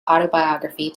autobiography